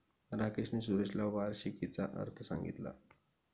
राकेशने सुरेशला वार्षिकीचा अर्थ सांगितला